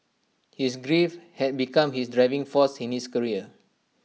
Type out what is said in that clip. his grief had become his driving force in his career